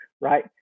right